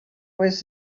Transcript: was